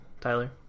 Tyler